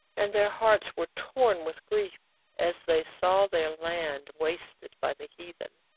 and their hearts were torn with grief as they saw their land wasted by the heathen.